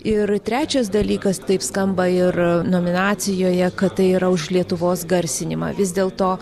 ir trečias dalykas taip skamba ir nominacijoje kad tai yra už lietuvos garsinimą vis dėlto